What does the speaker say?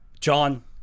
John